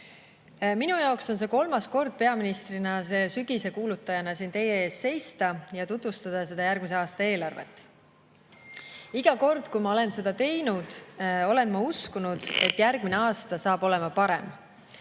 Minu jaoks on kolmas kord peaministrina sügisekuulutajana siin teie ees seista ja tutvustada järgmise aasta eelarvet. Iga kord, kui ma olen seda teinud, olen ma uskunud, et järgmine aasta saab olema parem.